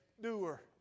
doer